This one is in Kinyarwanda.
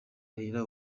raila